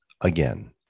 again